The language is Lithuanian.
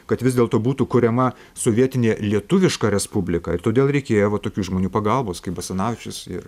kad vis dėlto būtų kuriama sovietinė lietuviška respublika ir todėl reikėjo va tokių žmonių pagalbos kaip basanavičius ir